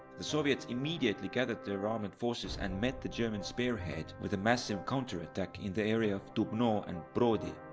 the soviets immediately gathered their armoured forces and met the german spearhead with a massive counterattack in the area of dubno and brody,